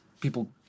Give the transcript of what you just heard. people